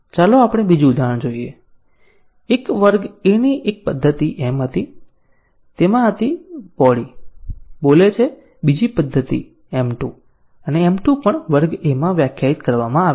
ચાલો આપણે બીજું ઉદાહરણ જોઈએ એક વર્ગ A ની એક પદ્ધતિ m હતી જે તેમાં હતી બોડી બોલે છે બીજી પદ્ધતિ m 2 અને m 2 પણ વર્ગ A માં વ્યાખ્યાયિત કરવામાં આવી હતી